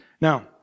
Now